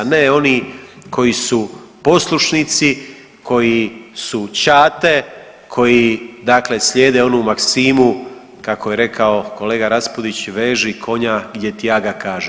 A ne oni koji su poslušnici, koji su čate, koji dakle slijede onu maksimu kako je rekao kolega Raspudić, veži konja gdje ti aga kaže.